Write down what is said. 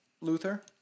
Luther